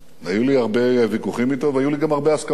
היו לי הרבה ויכוחים אתו והיו לי גם הרבה הסכמות אתו,